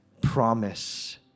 promise